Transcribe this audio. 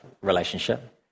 relationship